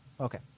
okay